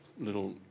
little